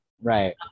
right